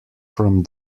from